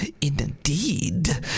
indeed